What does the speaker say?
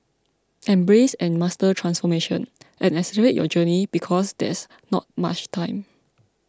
embrace and master transformation and accelerate your journey because there's not much time